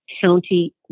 County